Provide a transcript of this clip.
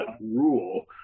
rule